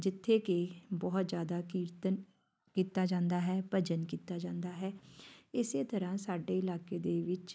ਜਿੱਥੇ ਕਿ ਬਹੁਤ ਜ਼ਿਆਦਾ ਕੀਰਤਨ ਕੀਤਾ ਜਾਂਦਾ ਹੈ ਭਜਨ ਕੀਤਾ ਜਾਂਦਾ ਹੈ ਇਸੇ ਤਰ੍ਹਾਂ ਸਾਡੇ ਇਲਾਕੇ ਦੇ ਵਿੱਚ